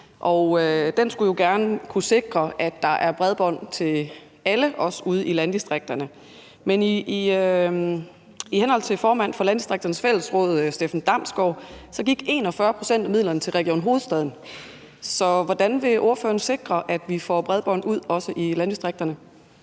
Den skulle jo gerne kunne sikre, at der er bredbånd til alle, også ude i landdistrikterne, men ifølge formand for Landdistrikternes Fællesråd, Steffen Damsgaard, gik 41 pct. af midlerne til Region Hovedstaden. Så hvordan vil ordføreren sikre, at vi også får bredbånd ud i landdistrikterne?